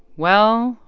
well,